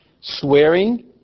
swearing